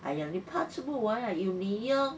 I really possible why are you li yang